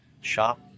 shop